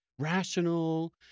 Rational